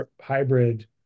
hybrid